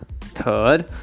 Third